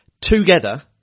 together